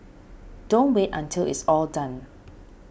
don't wait until it's all done